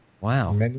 Wow